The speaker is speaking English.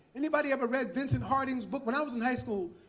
anybody ever read vincent harding's book? when i was in high school,